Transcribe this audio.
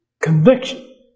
Conviction